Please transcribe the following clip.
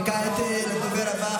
וכעת לדובר הבא,